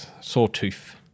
sawtooth